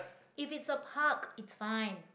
if it's a park it's fine